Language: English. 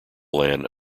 land